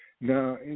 Now